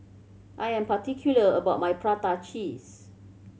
I am particular about my prata cheese